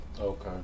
Okay